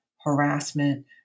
harassment